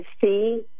see